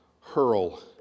hurl